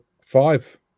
five